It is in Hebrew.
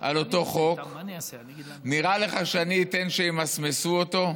על אותו חוק: נראה לך שאני אתן שימסמסו אותו?